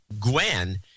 Gwen